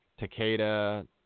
Takeda